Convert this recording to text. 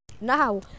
now